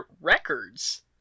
records